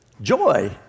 joy